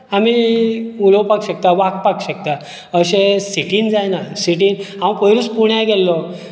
आमी उलोवपाक शकता वागपाक शकता अशें सिटीन जायना सिटीन हांव पयरूच पुण्या गेल्लों